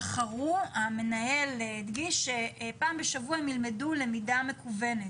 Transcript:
המנהל הדגיש שפעם בשבוע הם ילמדו למידה מקוונת,